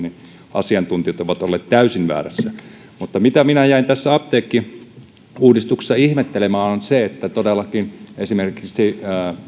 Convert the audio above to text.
asiantuntijat ovat olleet täysin väärässä minä jäin tässä apteekkiuudistuksessa ihmettelemään sitä että todellakin esimerkiksi